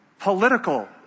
political